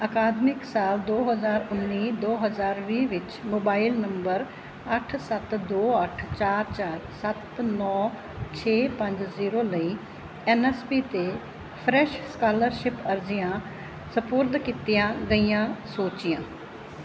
ਅਕਾਦਮਿਕ ਸਾਲ ਦੋ ਹਜ਼ਾਰ ਉੱਨੀ ਦੋ ਹਜ਼ਾਰ ਵੀਹ ਵਿੱਚ ਮੋਬਾਈਲ ਨੰਬਰ ਅੱਠ ਸੱਤ ਦੋ ਅੱਠ ਚਾਰ ਚਾਰ ਸੱਤ ਨੌਂ ਛੇ ਪੰਜ ਜ਼ੀਰੋ ਲਈ ਐਨ ਐਸ ਪੀ 'ਤੇ ਫਰੈਸ਼ ਸਕਾਲਰਸ਼ਿਪ ਅਰਜ਼ੀਆਂ ਸਪੁਰਦ ਕੀਤੀਆਂ ਗਈਆਂ ਸੂਚੀਆਂ